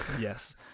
yes